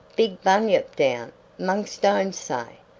big bunyip down mong stones say,